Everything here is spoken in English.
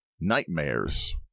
Nightmares